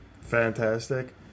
fantastic